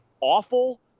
awful